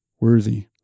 worthy